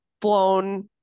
blown